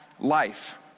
life